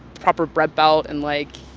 proper bread belt and, like,